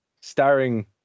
starring